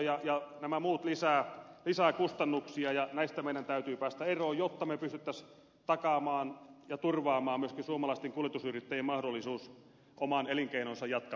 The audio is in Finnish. työaikalainsäädäntö ja nämä muut lisäävät kustannuksia ja näistä meidän täytyy päästä eroon jotta me pystyisimme takaamaan ja turvaamaan myöskin suomalaisten kuljetusyrittäjien mahdollisuuden oman elinkeinonsa joka